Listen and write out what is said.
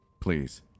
Please